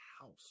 house